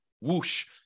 Whoosh